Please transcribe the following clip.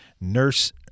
nurse